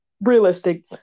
Realistic